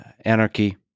anarchy